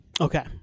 Okay